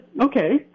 okay